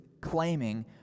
claiming